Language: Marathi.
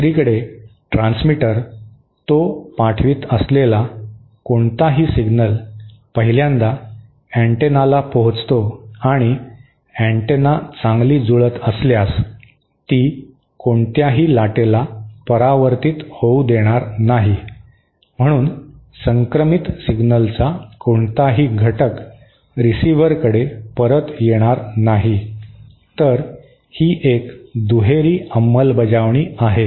दुसरीकडे ट्रान्समीटर तो पाठवित असलेला कोणताही सिग्नल पहिल्यांदा अँटेनाला पोहोचतो आणि अँटेना चांगली जुळत असल्यास ती कोणत्याही लाटेला परावर्तीत होऊ देणार नाही म्हणून संक्रमित सिग्नलचा कोणताही घटक रिसिव्हरकडे परत येणार नाही तर ही एक दुहेरी अंमलबजावणी आहे